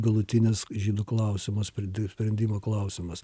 galutinis žydų klausimo sprendimo sprendimo klausimas